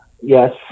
yes